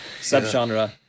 subgenre